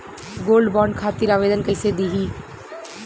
Gold bond खातिर आवेदन कैसे दिही?